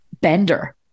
bender